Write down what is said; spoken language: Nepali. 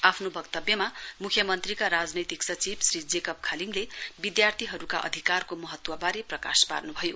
आफ्नो वक्तव्यमा मुख्यमन्त्रीका राजनैतिक सचिव श्री जेकब खालिङले विधार्थीहरुका अधिकारको महत्वारे प्रकाश पार्नुभयो